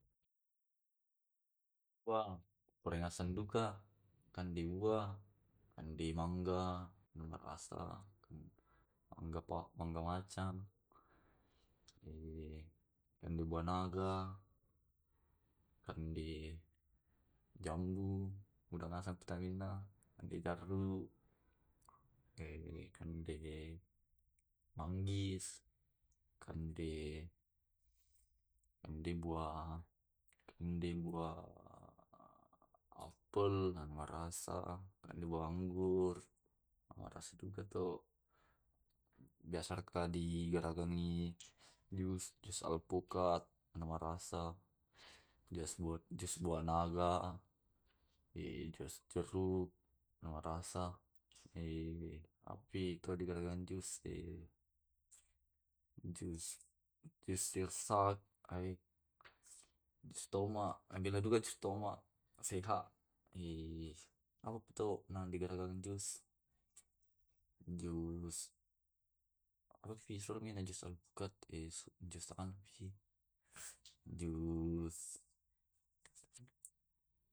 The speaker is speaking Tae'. Kande buah porngasan duka. Kande buah, kande mangga marasa, mangga pa mangga macang. kande buah naga, kande jambu uda ngasang vitaminna, kande jarru, kande kande manggis, kande kande buah kande buah apel marasa, kande buah anggur marasa duga to. atau biasani digaragani jus, jus alpukat na marasa, jus buah jus buah naga, jus jeruk namarasa api to digaragan jus jus sirsak, jus tomat, namela duka tu jus tomat sehat, eh anu pi to na digaragandi jus, jus sudah mi jus alpukat na jus anupi eh jus.